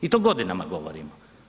I to godinama govorimo.